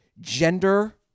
gender